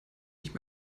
nicht